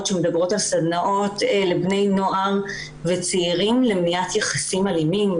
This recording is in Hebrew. שמדברות על סדנאות לבני נוער וצעירים למניעת יחסים אלימים,